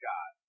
God